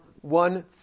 one